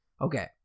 Okay